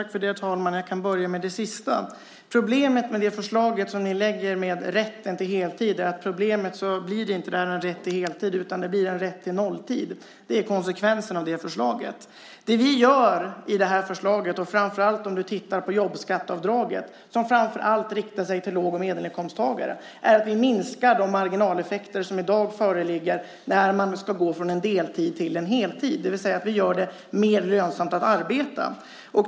Herr talman! Jag kan börja med det sista. Problemet med det förslag som ni lade fram om rätten till heltid är att det inte blir någon rätt till heltid - det blir en rätt till nolltid. Det blir konsekvensen av förslaget. Det vi gör i vårt förslag är att minska de marginaleffekter som i dag föreligger när man ska gå från deltid till heltid. Det gäller framför allt jobbskatteavdraget, som främst riktar sig till låg och medelinkomsttagare. Vi gör det mer lönsamt att arbeta.